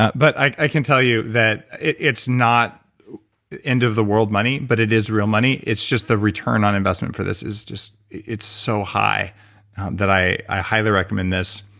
but i can tell you that it's not end of the world money, but it is real money, it's just the return on investment for this is just, it's so high that i i highly recommend this.